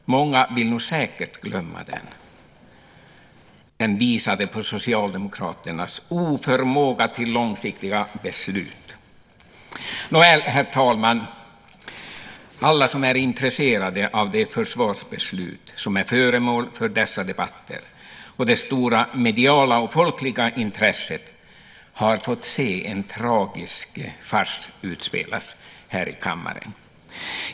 Många vill säkert glömma den. Den visade på Socialdemokraternas oförmåga till långsiktiga beslut. Herr talman! Alla som är intresserade av det försvarsbeslut som är föremål för dessa debatter - och det mediala och folkliga intresset har varit stort - har fått se en tragisk fars utspelas här i kammaren.